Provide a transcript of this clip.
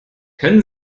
können